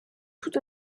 tout